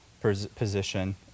position